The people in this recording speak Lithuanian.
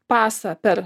pasą per